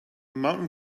mountain